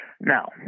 Now